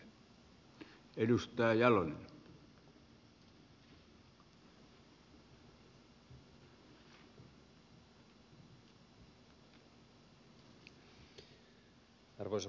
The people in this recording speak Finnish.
arvoisa puhemies